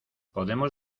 podemos